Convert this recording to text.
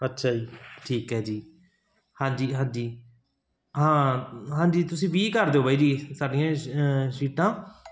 ਅੱਛਾ ਜੀ ਠੀਕ ਹੈ ਜੀ ਹਾਂਜੀ ਹਾਂਜੀ ਹਾਂ ਹਾਂਜੀ ਤੁਸੀਂ ਵੀਹ ਕਰ ਦਿਓ ਬਾਈ ਜੀ ਸਾਡੀਆਂ ਸੀਟਾਂ